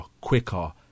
quicker